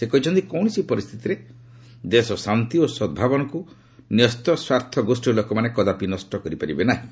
ସେ କହିଛନ୍ତି କୌଣସି ପରିସ୍ଥିତିରେ ଦେଶର ଶାନ୍ତି ଓ ସଦ୍ଭାବନାକୁ ନ୍ୟସ୍ତ ସ୍ୱାର୍ଥଗୋଷୀର ଲୋକମାନେ କଦାପି ନଷ୍ଟ କରିପାରିବେ ନାହିଁ